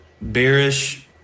bearish